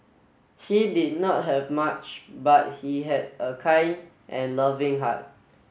he did not have much but he had a kind and loving heart